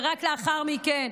ורק לאחר מכן,